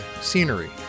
Scenery